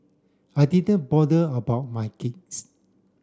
I didn't bother about my kids